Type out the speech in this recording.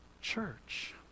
church